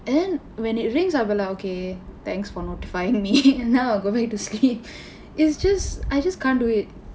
and then when it rings I'll be like okay thanks for notifying me and then I'll go back to sleep it's just I just can't do it